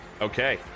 Okay